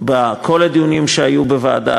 בכל הדיונים שהיו בוועדה.